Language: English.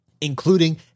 including